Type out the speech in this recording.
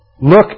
look